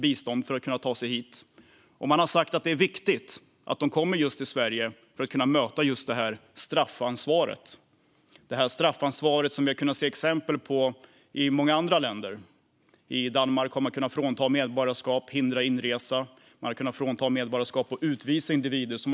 Man har sagt att det är viktigt att de kommer till Sverige och får ta sitt straffansvar. Detta straffansvar har vi sett exempel på i andra länder. I till exempel Danmark har de kunnat fråntas medborgarskap och hindrats inresa eller fråntagits medborgarskap och utvisats.